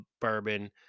bourbon